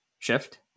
shift